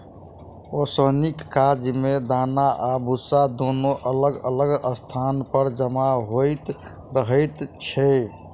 ओसौनीक काज मे दाना आ भुस्सा दुनू अलग अलग स्थान पर जमा होइत रहैत छै